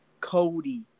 Cody